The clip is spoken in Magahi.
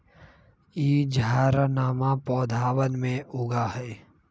ई झाड़नमा पौधवन में उगा हई